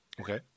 Okay